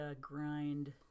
grind